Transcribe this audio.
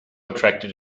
attracted